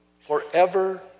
forever